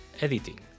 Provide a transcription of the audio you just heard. editing